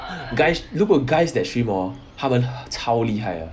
guys 如果 guys that stream hor 他们超厉害的